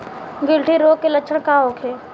गिल्टी रोग के लक्षण का होखे?